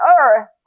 earth